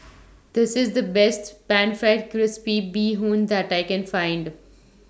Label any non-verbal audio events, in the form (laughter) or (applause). (noise) This IS The Best Pan Fried Crispy Bee Hoon that I Can Find